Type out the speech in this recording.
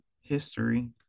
history